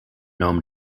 noam